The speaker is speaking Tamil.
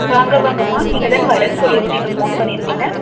வாங்க வாங்கம்மா நீங்கள்தான வரேன்னு சொல்லியிருந்தீங்க ஃபோன் பண்ணியிருந்தீங்க